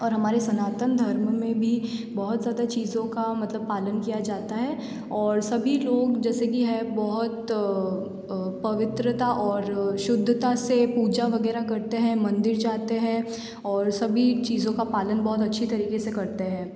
और हमारे सनातन धर्म में भी बहुत ज़्यादा चीज़ों का मतलब पालन किया जाता है और सभी लोग जैसे की है बहुत पवित्रता और शुद्धता से पूजा वगैरह करते हैं मंदिर जाते हैं और सभी चीज़ों का पालन बहुत अच्छी तरीके से करते हैं